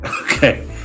okay